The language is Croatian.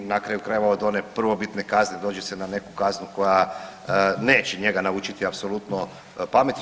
Na kraju krajeva od one prvobitne kazne dođe se na neku kaznu koja neće njega naučiti apsolutno pameti.